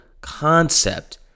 concept